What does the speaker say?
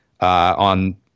on